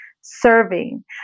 serving